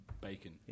bacon